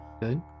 Good